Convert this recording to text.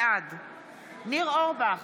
בעד ניר אורבך,